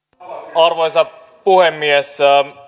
arvoisa puhemies